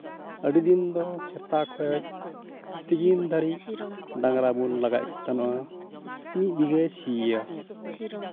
ᱟᱹᱰᱤ ᱫᱤᱱ ᱫᱚ ᱥᱮᱛᱟᱜ ᱠᱷᱚᱡ ᱛᱤᱠᱤᱱ ᱫᱷᱟᱹᱨᱤᱡ ᱰᱟᱝᱨᱟ ᱵᱚᱱ ᱞᱟᱜᱟᱭᱮᱜ ᱠᱚ ᱛᱟᱦᱮᱱᱟ ᱢᱤᱫ ᱵᱤᱜᱷᱟᱹᱭ ᱥᱤᱭᱟ